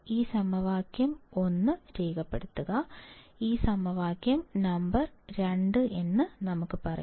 ഈ സമവാക്യം ഒന്ന് എന്ന് രേഖപ്പെടുത്തുക ഈ സമവാക്യ നമ്പർ 2 എന്ന് നമുക്ക് പറയാം